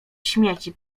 śmieci